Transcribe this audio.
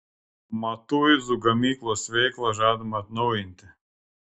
matuizų gamyklos veiklą žadama atnaujinti